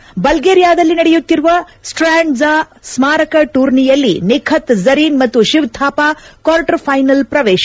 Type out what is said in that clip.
boxing ಬಲ್ಲೇರಿಯಾದಲ್ಲಿ ನಡೆಯುತ್ತಿರುವ ಸ್ಕಾನ್ಡ್ನಾ ಸ್ಮಾರಕ ಟೂರ್ನಿಯಲ್ಲಿ ನಿಖತ್ ಹ ಜರೀನ್ ಮತ್ತು ಶಿವ ಥಾಪ ಕ್ವಾರ್ಟರ್ ಫೈನಲ್ಪ್ ಪ್ರವೇಶ